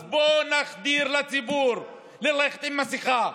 אז בואו נסביר לציבור ללכת עם מסכה,